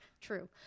True